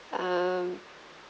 um